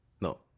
no